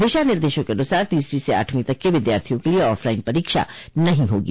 दिशा निर्देशों के अनुसार तीसरी से आठवीं तक के विद्यार्थियों के लिए ऑफलाइन परीक्षा नहीं होगी